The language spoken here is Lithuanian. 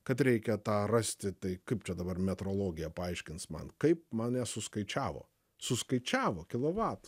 kad reikia tą rasti tai kaip čia dabar metrologija paaiškins man kaip man nesuskaičiavo suskaičiavo kilovatus